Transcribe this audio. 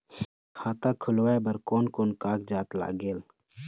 खाता खुलवाय बर कोन कोन कागजात लागेल?